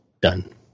done